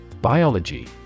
Biology